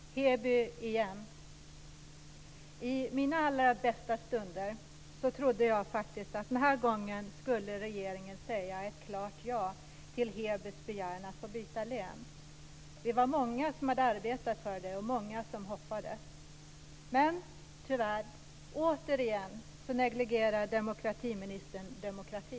Fru talman! Så var det dags för Hebyfrågan igen. I mina allra bästa stunder trodde jag att regeringen den här gången skulle säga ett klart ja till Hebys begäran om att få byta län. Vi är många som har arbetat för det, och det var många som hoppades. Men, tyvärr, återigen negligerar demokratiministern demokratin.